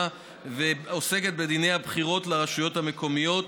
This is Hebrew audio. ועוסקת בדיני הבחירות לרשויות המקומיות.